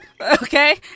Okay